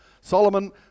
Solomon